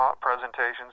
presentations